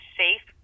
safe